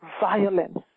violence